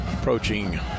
Approaching